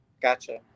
Gotcha